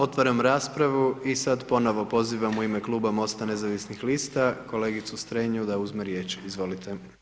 Otvaram raspravu i sad ponovno pozivam u ime kluba MOST-a nezavisnih lista kolegicu Strenju da uzme riječ, izvolite.